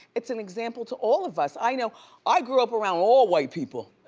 it's an example to all of us. i know i grew up around all white people,